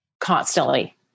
constantly